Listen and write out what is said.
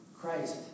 Christ